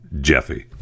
Jeffy